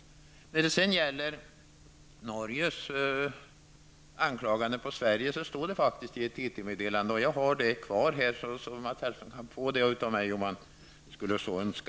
Vad sedan gäller Norges anklagelser mot Sverige står detta i ett TT-meddelande. Jag har det kvar, så Mats Hellström kan få det av mig om han så skulle önska.